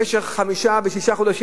במשך חמישה ושישה חודשים?